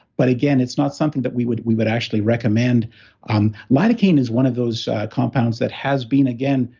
but again, it's not something that we would we would actually recommend um lidocaine is one of those compounds that has been, again,